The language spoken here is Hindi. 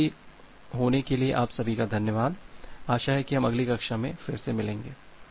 उपस्थित होने के लिए आप सभी का धन्यवाद आशा है कि हम अगली कक्षा में मिलेंगे